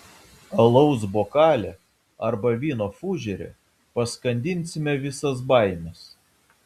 alaus bokale arba vyno fužere paskandinsime visas baimes